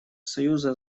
союза